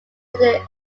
media